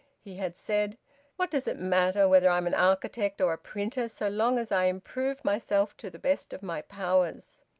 he had said what does it matter whether i am an architect or a printer, so long as i improve myself to the best of my powers?